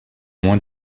moins